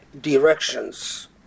directions